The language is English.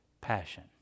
passion